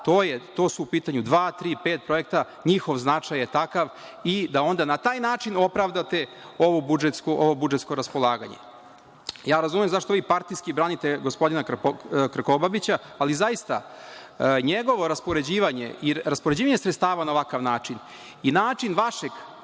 – da, u pitanju su dva, tri, pet projekta, njihov značaj je takav, i da onda na taj način opravdate ovo budžetsko raspolaganje. Razumem zašto vi partijski branite gospodina Krkobabića, ali zaista njegovo raspoređivanje i raspoređivanje sredstava na ovakav način i način vašeg